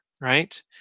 right